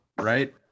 right